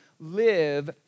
live